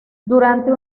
durante